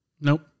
Nope